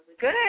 Good